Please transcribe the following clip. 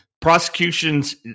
prosecutions